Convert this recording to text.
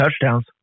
touchdowns